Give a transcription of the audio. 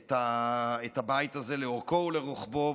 את הבית הזה לאורכו ולרוחבו.